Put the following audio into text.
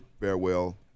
farewell